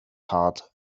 heart